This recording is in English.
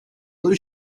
blue